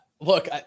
Look